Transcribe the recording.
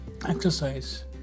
exercise